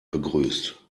begrüßt